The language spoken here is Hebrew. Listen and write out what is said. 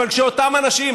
אבל כשאותם אנשים,